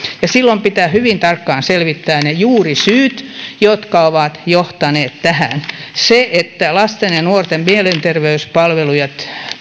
silloin pitää hyvin tarkkaan selvittää ne juurisyyt jotka ovat johtaneet tähän se että lasten ja nuorten mielenterveyspalvelujen